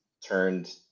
turned